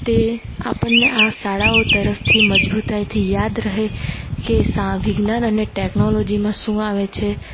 તે આપણને આ શાળાઓ તરફથી મજબૂતાઈથી યાદ રહે એ સા વિજ્ઞાન અને ટેકનોલોજીમાં શું આવે છે